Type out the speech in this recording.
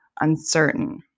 uncertain